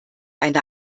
eine